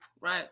right